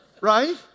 Right